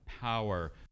Power